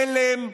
תל"ם,